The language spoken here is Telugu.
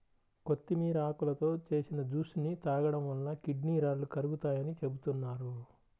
కొత్తిమీర ఆకులతో చేసిన జ్యూస్ ని తాగడం వలన కిడ్నీ రాళ్లు కరుగుతాయని చెబుతున్నారు